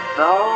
no